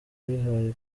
wihaye